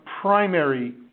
primary